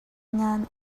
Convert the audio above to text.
ngan